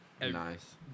Nice